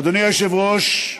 אדוני היושב-ראש,